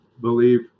believe